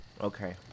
Okay